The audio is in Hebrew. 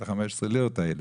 את ה-15 לירות האלה.